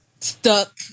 stuck